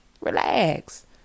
Relax